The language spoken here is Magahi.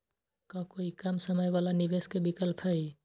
का कोई कम समय वाला निवेस के विकल्प हई?